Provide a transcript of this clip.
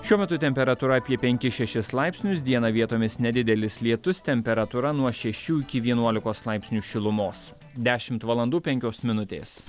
šiuo metu temperatūra apie penkis šešis laipsnius dieną vietomis nedidelis lietus temperatūra nuo šešių iki vienuolikos laipsnių šilumos dešimt valandų penkios minutės